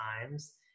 times